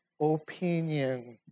opinion